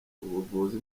ubuvuzi